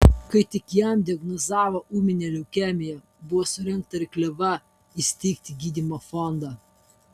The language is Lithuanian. kai tik jam diagnozavo ūminę leukemiją buvo surengta rinkliava įsteigti gydymo fondą